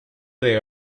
they